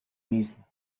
mismo